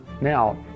Now